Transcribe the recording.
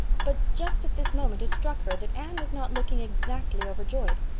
but just at this moment it struck her that anne was not looking exactly overjoyed.